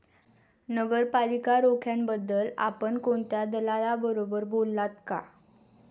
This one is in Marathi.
नगरपालिका रोख्यांबद्दल आपण कोणत्या दलालाबरोबर बोललात का?